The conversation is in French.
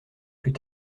plus